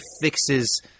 fixes